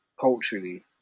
culturally